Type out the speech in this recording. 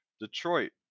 Detroit